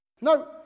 No